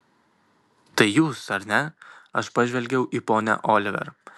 tai jūs ar ne aš pažvelgiau į ponią oliver